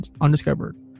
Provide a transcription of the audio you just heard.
undiscovered